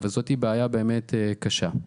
זוהי בעיה באמת קשה.